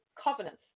covenants